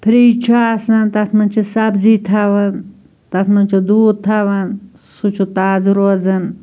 fridge چھُ آسان تَتھ منٛز چھِ سَبزی تھاوان تتھ منٛز چھُ دوٗد تھاوان سُہ چھُ تازٕ روزان